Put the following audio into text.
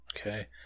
Okay